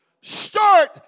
Start